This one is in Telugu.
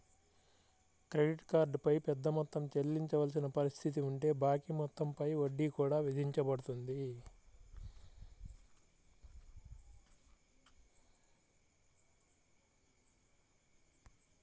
క్రెడిట్ కార్డ్ పై పెద్ద మొత్తం చెల్లించవలసిన పరిస్థితి ఉంటే బాకీ మొత్తం పై వడ్డీ కూడా విధించబడుతుంది